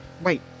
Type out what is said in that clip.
Wait